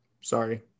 Sorry